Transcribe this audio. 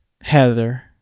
Heather